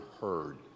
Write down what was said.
heard